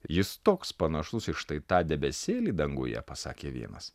jis toks panašus į štai tą debesėlį danguje pasakė vienas